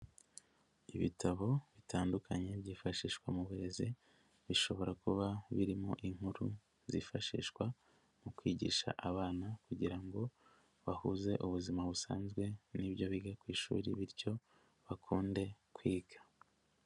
Ibitabo bitandukanye byifashishwa mu burezi, bishobora kuba birimo inkuru zifashishwa mu kwigisha abana kugira ngo bahuze ubuzima busanzwe n'ibyo biga ku ishuri bityo bakunde kwiga.